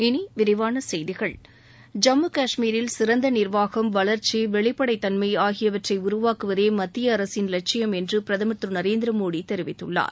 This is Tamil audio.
இனி விரிவான செய்திகள் ஜம்மு கஷ்மீரில் சிறந்த நிர்வாகம் வளர்ச்சி வெளிப்படைத் தன்மை ஆகியவற்றை உருவாக்குவதே மத்திய அரசின் லட்சியம் என்று பிரதமர் திரு நரேந்திர மோடி தெரிவித்துள்ளார்